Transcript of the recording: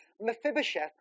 Mephibosheth